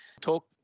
Talk